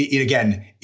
Again